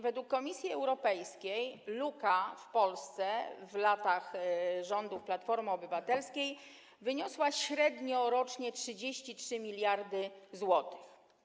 Według Komisji Europejskiej luka w Polsce w latach rządów Platformy Obywatelskiej wyniosła rocznie średnio 33 mld zł.